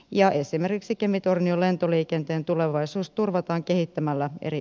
ja esimerkiksi kemitornio lentoliikenteen tulevaisuus turvataan kehittämällä eri